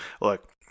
Look